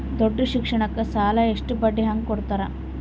ದೊಡ್ಡ ಶಿಕ್ಷಣಕ್ಕ ಸಾಲ ಎಷ್ಟ ಬಡ್ಡಿ ಹಂಗ ಕೊಡ್ತಾರ?